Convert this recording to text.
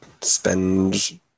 spend